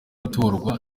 gutorwa